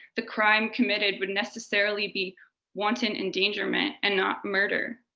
the crime committed would necessarily be wanton endangerment and not murder.